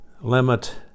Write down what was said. Limit